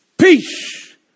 Peace